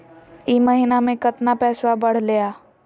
ई महीना मे कतना पैसवा बढ़लेया?